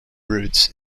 roots